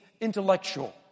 intellectual